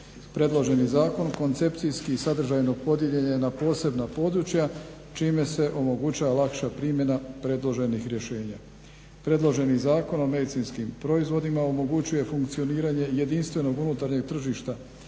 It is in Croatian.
Predloženi zakon koncepcijski i sadržajno podijeljen je na posebna područja čime se omogućava lakša primjena predloženih rješenja. Predloženim Zakonom o medicinskim proizvodima omogućuje funkcioniranje jedinstvenog unutarnjeg tržišta